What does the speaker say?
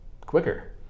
quicker